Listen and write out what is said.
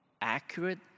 Accurate